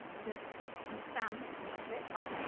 i don't understand much of it, but, you